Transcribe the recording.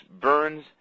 burns